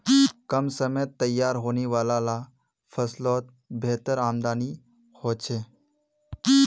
कम समयत तैयार होने वाला ला फस्लोत बेहतर आमदानी होछे